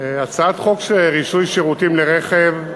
הצעת חוק רישוי שירותים לרכב,